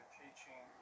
teaching